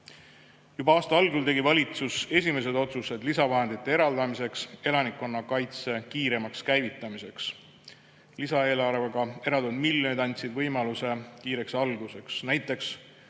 aasta algul tegi valitsus esimesed otsused lisavahendite eraldamiseks elanikkonnakaitse kiiremaks käivitamiseks. Lisaeelarvega eraldatud miljonid andsid võimaluse kiireks alguseks, näiteks